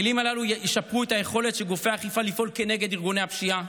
הכלים הללו ישפרו את היכולת של גופי האכיפה לפעול כנגד ארגוני הפשיעה.